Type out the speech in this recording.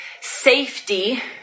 safety